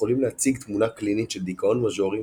יכולים להציג תמונה קלינית של דיכאון מז'ורי,